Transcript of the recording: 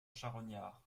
charognard